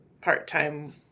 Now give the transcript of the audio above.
part-time